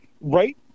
right